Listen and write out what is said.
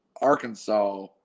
Arkansas